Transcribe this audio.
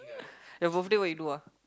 your birthday what you do ah